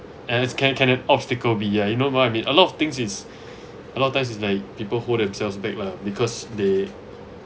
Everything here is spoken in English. and as can can an obstacle be ya you know what I mean a lot of things is a lot of times like people hold themselves back lah because they